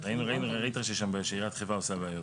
ראית שעיריית חיפה עושה בעיות.